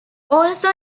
also